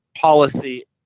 policy